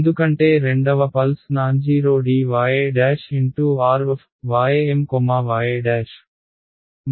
ఎందుకంటే రెండవ pulse non zero dy Rym y